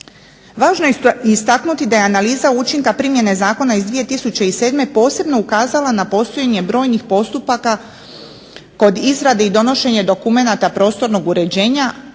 Važno je istaknuti da je analiza učinka primjene zakona iz 2007. posebno ukazala na postojanje brojnih postupaka kod izrade i donošenje dokumenata prostornog uređenja